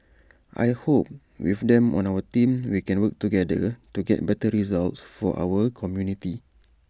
I hope with them on our team we can work together to get better results for our community